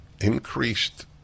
Increased